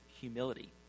humility